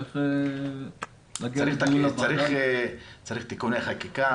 צריך תיקוני חקיקה?